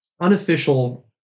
unofficial